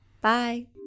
Bye